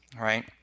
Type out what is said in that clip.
right